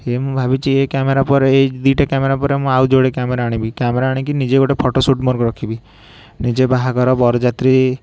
ଏ ମୁଁ ଭାବିଛି ଏ କ୍ୟାମେରା ପରେ ଏ ଦୁଇଟା କ୍ୟାମେରା ପରେ ମୁଁ ଆଉ ଯୋଡ଼ିଏ କ୍ୟାମେରା ଆଣିବି କ୍ୟାମେରା ଆଣିକି ନିଜେ ଗୋଟେ ଫଟୋ ସୁଟ୍ ମୋର ରଖିବି ନିଜେ ବାହାଘର ବରଯାତ୍ରୀ